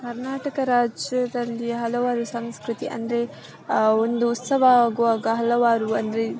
ಕರ್ನಾಟಕ ರಾಜ್ಯದಲ್ಲಿ ಹಲವಾರು ಸಂಸ್ಕೃತಿ ಅಂದರೆ ಒಂದು ಉತ್ಸವ ಆಗುವಾಗ ಹಲವಾರು ಅಂದರೆ